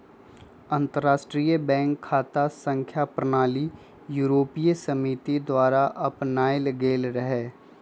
अंतरराष्ट्रीय बैंक खता संख्या प्रणाली यूरोपीय समिति द्वारा अपनायल गेल रहै